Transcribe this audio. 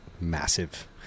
massive